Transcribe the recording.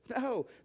no